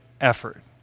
effort